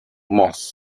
mos